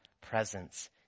presence